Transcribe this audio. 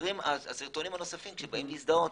נוצרים הסרטונים האחרים שבאים להזדהות.